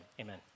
amen